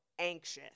anxious